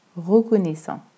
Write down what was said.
Reconnaissant